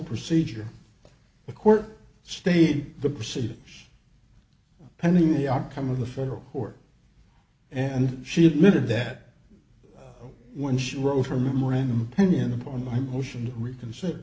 procedure the court stayed the proceedings pending the outcome of the federal court and she admitted that when she wrote her memorandum opinion upon my motion to reconsider